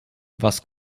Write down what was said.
was